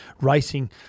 racing